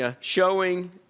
showing